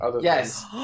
Yes